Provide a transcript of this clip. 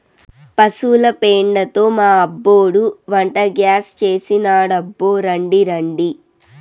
పశుల పెండతో మా అబ్బోడు వంటగ్యాస్ చేసినాడబ్బో రాండి రాండి